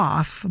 Off